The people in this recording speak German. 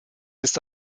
ist